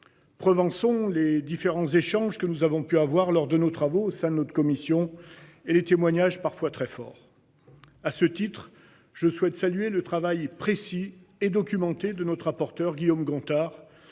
Preuve en sont les différents échanges que nous avons pu avoir lors de nos travaux ça notre commission et les témoignages parfois très fort. À ce titre je souhaite saluer le travail précis et documenté de notre rapporteur Guillaume Gontard,